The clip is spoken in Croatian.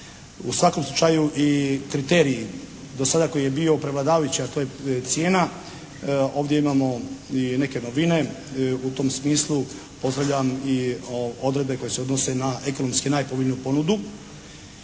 U svakom slučaju i kriterij do sada koji je bio prevladavajući a to je cijena. Ovdje imamo i neke novine. U tom smislu pozdravljam i odredbe koje se odnose na ekonomski najpovoljniju ponudu.